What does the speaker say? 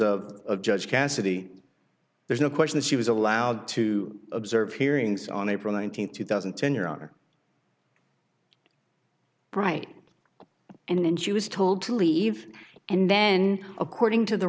of judge cassidy there's no question that she was allowed to observe hearings on april nineteenth two thousand and ten your honor bright and then she was told to leave and then according to the